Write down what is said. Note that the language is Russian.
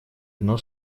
одно